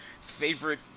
favorite